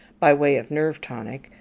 by way of nerve-tonic,